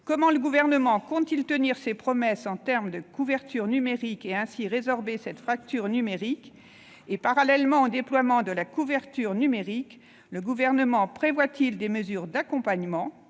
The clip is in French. Comment le Gouvernement compte-t-il tenir ses promesses en termes de couverture numérique pour résorber la fracture en la matière ? Parallèlement au déploiement de la couverture numérique, prévoit-il des mesures d'accompagnement,